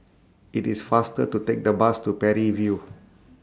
IT IS faster to Take The Bus to Parry View